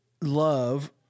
love